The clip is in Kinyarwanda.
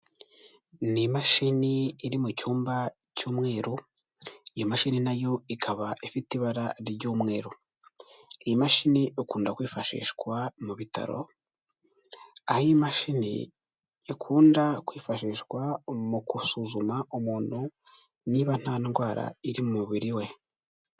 Ni imashini iri mu cyumba cy'umweru, iyi mashini na yo ikaba ifite ibara ry'umweru. Iyi mashini ikunda kwifashishwa mu bitaro, aho iyi mashini ikunda kwifashishwa mu gusuzuma umuntu niba nta ndwara iri mu mubiri we.